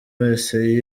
wese